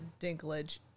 Dinklage